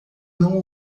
não